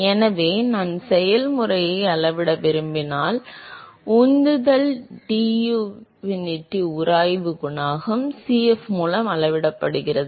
எனவே நான் செயல்முறையை அளவிட விரும்பினால் உந்துதல் டிஃப்யூசிவிட்டி உராய்வு குணகம் Cf மூலம் அளவிடப்படுகிறது